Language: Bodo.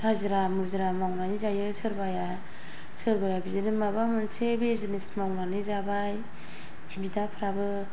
हाजिरा मुजिरा मावनानै जायो सोरबाया बिदिनो सोरबाया माबा मोनसे बिजिनेस मावनानै जाबाय बिदाफोराबो